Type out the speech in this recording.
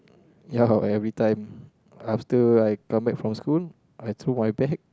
ya every time after I come back from school I throw my bag